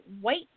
white